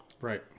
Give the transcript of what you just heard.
right